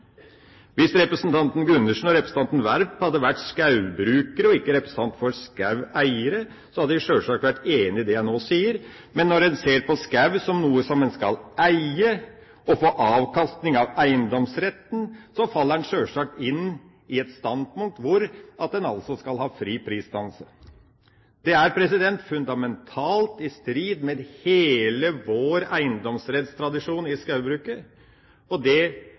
Hvis representanten Gundersen og representanten Werp hadde vært skogbrukere og ikke representanter for skogeiere, hadde de sjølsagt vært enige i det jeg nå sier. Men når en ser på skog som noe som en skal eie, der en skal få avkastning av eiendomsretten, faller en sjølsagt inn i det standpunkt at en skal ha fri prisdannelse. Det er fundamentalt i strid med hele vår eiendomsrettstradisjon i skogbruket, og det